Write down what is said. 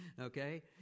okay